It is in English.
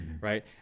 right